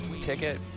ticket